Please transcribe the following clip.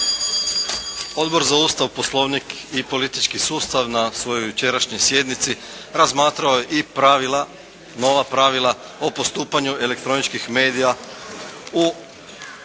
Odbor za Ustav, poslovnik i politički sustav na svojoj jučerašnjoj sjednici razmatrao je i pravila, nova pravila o postupanju elektroničkih medija u, tijekom